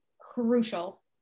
crucial